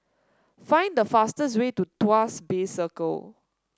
find the fastest way to Tuas Bay Circle